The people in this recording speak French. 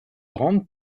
grande